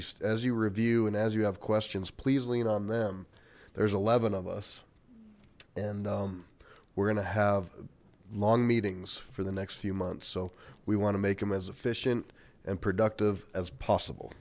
you as you review and as you have questions please lean on them there's eleven of us and we're gonna have long meetings for the next few months so we want to make them as efficient and productive as possible